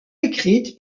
écrite